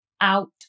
out